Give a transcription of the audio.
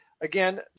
Again